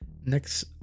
Next